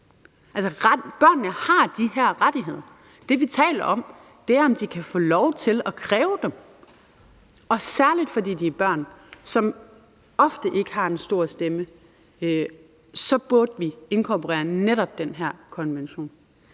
Altså, børnene har de her rettigheder. Det, vi taler om, er, om de kan få lov til at kræve dem. Og særlig fordi de er børn, som ofte ikke har den store stemme, burde vi inkorporere netop den her konvention.